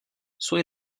suoi